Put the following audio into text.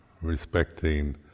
respecting